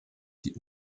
die